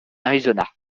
arizona